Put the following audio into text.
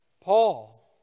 Paul